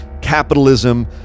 capitalism